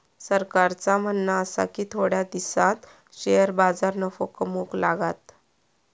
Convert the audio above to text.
सरकारचा म्हणणा आसा की थोड्या दिसांत शेअर बाजार नफो कमवूक लागात